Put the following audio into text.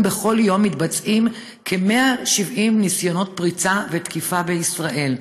ובכל יום מתבצעים כ-170 ניסיונות פריצה ותקיפה בישראל.